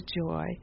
joy